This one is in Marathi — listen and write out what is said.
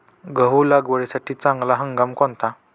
गहू लागवडीसाठी चांगला हंगाम कोणता?